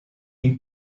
its